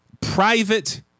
private